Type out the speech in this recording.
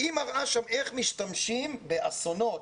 היא מראה שם איך משתמשים באסונות,